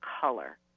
color